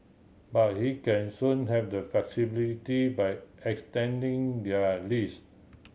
but hey can soon have the flexibility by extending their lease